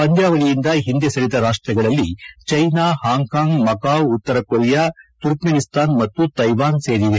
ಪಂದ್ಲಾವಳಿಯಿಂದ ಹಿಂದೆ ಸರಿದ ರಾಷ್ಟಗಳಲ್ಲಿ ಚೀನಾ ಹಾಂಗ್ಕಾಂಗ್ ಮಾಕಾವ್ ಉತ್ತರಕೊರಿಯಾ ಟರ್ಕ್ಮೆನಿಸ್ತಾನ್ ಮತ್ತು ತೈವಾನ್ ಸೇರಿವೆ